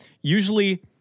usually